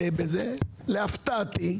להפתעתי,